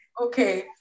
okay